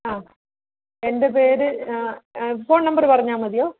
ആ എൻ്റെ പേര് ഫോൺ നമ്പറ് പറഞ്ഞാൽ മതിയോ